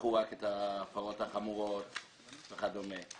לקחו רק את ההפרות החמורות וכדומה.